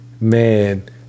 Man